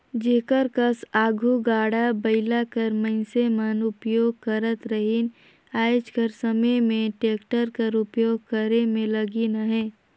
जेकर कस आघु गाड़ा बइला कर मइनसे मन उपियोग करत रहिन आएज कर समे में टेक्टर कर उपियोग करे में लगिन अहें